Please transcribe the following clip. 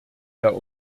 der